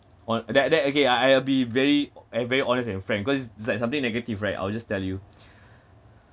on that that okay I I'll be very ho~ eh very honest and frank cause it's it's like negative right I will just tell you